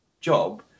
job